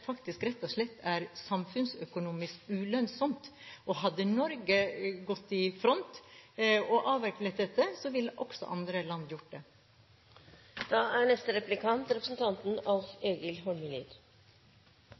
faktisk rett og slett er samfunnsøkonomisk ulønnsomt. Hadde Norge gått i front og avviklet, ville også andre land gjort det. Venstre er